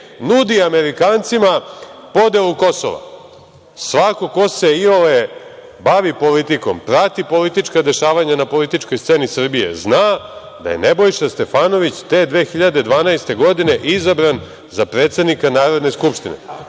nudi Amerikancima podelu Kosova. Svako ko se iole bavi politikom, prati politička dešavanja na političkoj sceni Srbije, zna da je Nebojša Stefanović te 2012. godine izabran za predsednika Narodne skupštine.